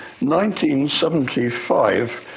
1975